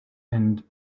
and